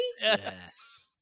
Yes